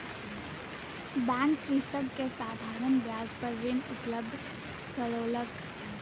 bank कृषक के साधारण ब्याज पर ऋण उपलब्ध करौलक